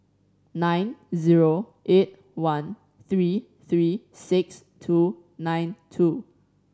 nine zero eight one three three six two nine two